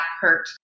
hurt